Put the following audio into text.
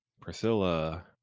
Priscilla